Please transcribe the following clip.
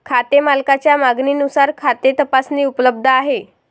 खाते मालकाच्या मागणीनुसार खाते तपासणी उपलब्ध आहे